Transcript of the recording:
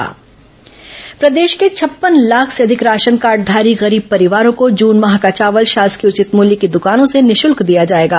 corona PDS चावल प्रदेश के छप्पन लाख से अधिक राशन कार्डधारी गरीब परिवारों को जून माह का चावल शासकीय उचित मूल्य की दकानों से निःशल्क दिया जाएगा